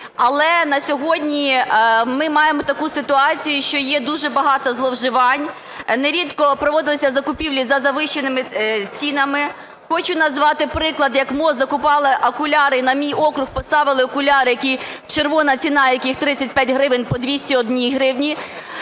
Але на сьогодні ми маємо таку ситуацію, що є дуже багато зловживань. Нерідко проводились закупівлі за завищеними цінами. Хочу назвати приклад, як МОЗ закупала окуляри, і на мій округ поставили окуляри, "червона" ціна яких 35 гривень, по 201 гривні.